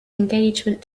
engagement